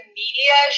media